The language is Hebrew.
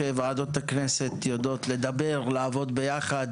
זה שטוב שוועדות הכנסת יודעות לדבר ולעבוד ביחד,